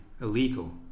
illegal